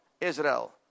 Israel